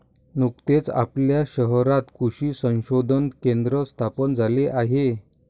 नुकतेच आपल्या शहरात कृषी संशोधन केंद्र स्थापन झाले आहे